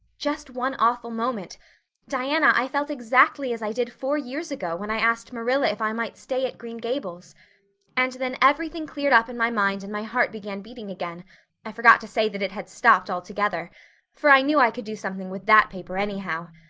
just one awful moment diana, i felt exactly as i did four years ago when i asked marilla if i might stay at green gables and then everything cleared up in my mind and my heart began beating again i forgot to say that it had stopped altogether for i knew i could do something with that paper anyhow.